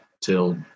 till